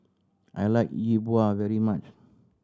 I like Yi Bua very much